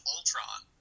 Ultron